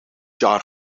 jaar